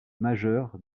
majeur